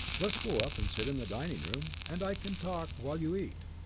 let's go up and sit in the dining-room, and i can talk while you eat.